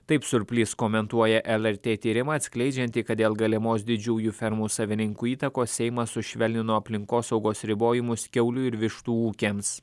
taip surplys komentuoja lrt tyrimą atskleidžiantį kad dėl galimos didžiųjų fermų savininkų įtakos seimas sušvelnino aplinkosaugos ribojimus kiaulių ir vištų ūkiams